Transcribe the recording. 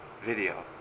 video